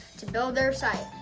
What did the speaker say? to build their site.